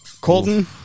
Colton